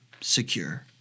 secure